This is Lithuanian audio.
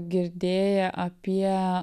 girdėję apie